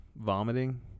vomiting